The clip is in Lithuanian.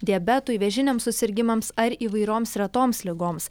diabetui vėžiniams susirgimams ar įvairioms retoms ligoms